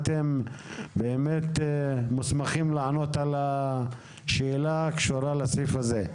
אתם באמת מוסמכים לענות על השאלה שקשורה לסעיף הזה.